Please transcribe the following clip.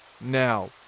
Now